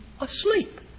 asleep